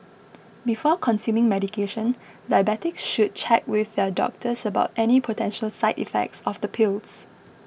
before consuming medication diabetics should check with their doctors about any potential side effects of the pills